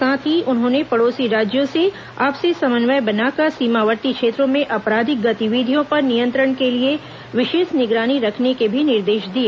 साथ ही उन्होंने पड़ोसी राज्यों से आपसी समन्वय बनाकर सीमावर्ती क्षेत्रों में आपराधिक गतिविधियों पर नियंत्रण के लिए विशेष निगरानी रखने के भी निर्देश दिए